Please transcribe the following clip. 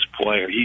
player